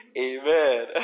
amen